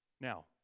Now